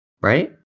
right